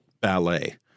ballet